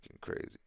crazy